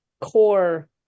core